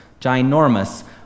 ginormous